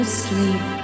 sleep